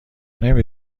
نمی